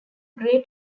gray